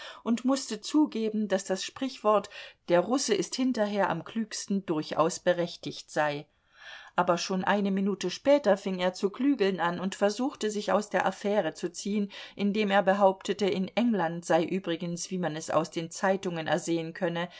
und mußte zugeben daß das sprichwort der russe ist hinterher am klügsten durchaus berechtigt sei aber schon eine minute später fing er zu klügeln an und versuchte sich aus der affäre zu ziehen indem er behauptete in england sei übrigens wie man es aus den zeitungen ersehen könne